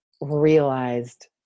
realized